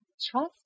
trust